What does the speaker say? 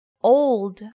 Old